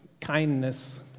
kindness